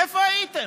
איפה הייתם?